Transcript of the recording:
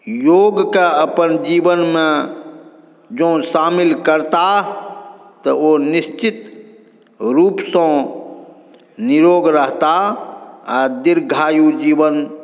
योगके अपन जीवनमे जँ शामिल करताह तऽ ओ निश्चित रूपसँ निरोग रहता आओर दीर्घायु जीवन